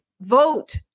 vote